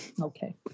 Okay